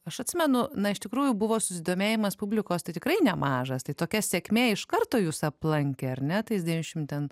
aš atsimenu na iš tikrųjų buvo susidomėjimas publikos tai tikrai nemažas tai tokia sėkmė iš karto jus aplankė ar ne tais devyniasdešim ten